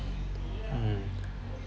mm